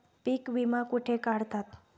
पीक विमा कुठे काढतात?